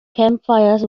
campfires